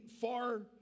far